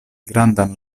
grandan